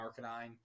Arcanine